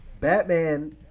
Batman